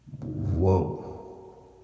Whoa